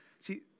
See